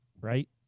right